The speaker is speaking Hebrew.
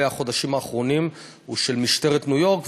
החודשים האחרונים הוא של משטרת ניו-יורק,